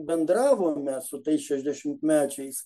bendravome su tais šešiasdešimtmečiais